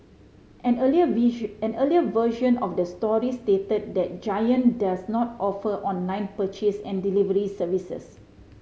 an earlier an earlier version of the story stated that Giant does not offer online purchase and delivery services